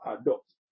adopt